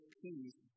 peace